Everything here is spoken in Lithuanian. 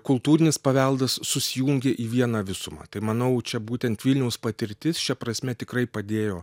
kultūrinis paveldas susijungia į vieną visumą tai manau čia būtent vilniaus patirtis šia prasme tikrai padėjo